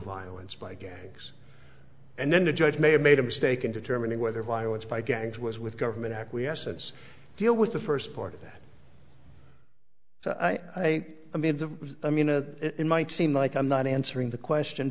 violence by gangs and then the judge may have made a mistake in determining whether violence by gangs was with government acquiescence deal with the first part of that so i mean to i mean it might seem like i'm not answering the question